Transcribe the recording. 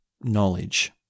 knowledge